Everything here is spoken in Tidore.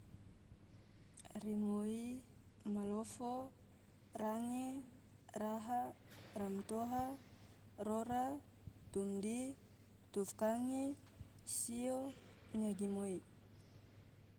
rimoi, molofo, range, raha, ramtoha, rora, tumdi, tufkange, sio, nyagimoi.